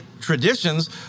traditions